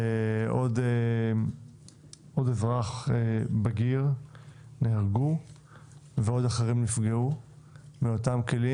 נהרג עוד אזרח בגיר ואחרים נפגעו מאותם כלים.